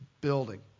building